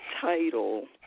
title